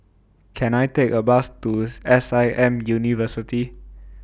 Can I Take A Bus to S I M University